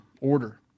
order